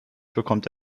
bekommt